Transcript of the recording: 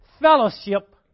fellowship